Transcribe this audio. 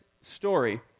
story